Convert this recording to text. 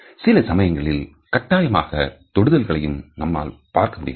சில சமயங்களில் கட்டாயமாக தொடுதல்களையும் நம்மால் பார்க்க முடிகிறது